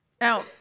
Now